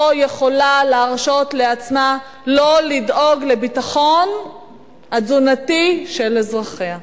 לא יכולה להרשות לעצמה לא לדאוג לביטחון התזונתי של אזרחיה.